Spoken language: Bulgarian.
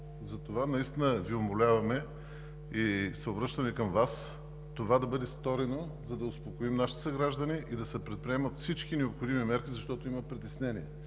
Затова наистина Ви умоляваме и се обръщаме към Вас това да бъде сторено, за да успокоим нашите съграждани и да се предприемат всички необходими мерки, защото има притеснение.